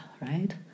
right